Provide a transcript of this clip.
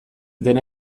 dena